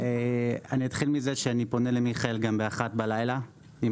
אני פונה למיכאל גם באחת בלילה עם